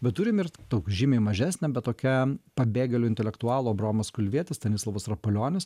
bet turim ir daug žymiai mažesnę bet tokią pabėgėlių intelektualų abraomas kulvietis stanislovas rapolionis